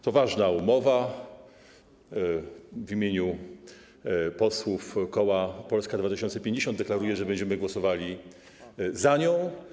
To ważna umowa - w imieniu posłów koła Polska 2050 deklaruję, że będziemy za nią głosowali.